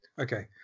Okay